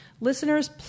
listeners